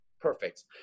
perfect